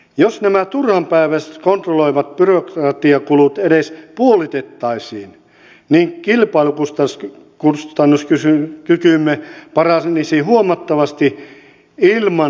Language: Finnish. jos nämä turhanpäiväiset kontrolloivat byrokratiakulut edes puolitettaisiin niin kilpailukustannuskykymme paranisi huomattavasti ilman palkanalennuksia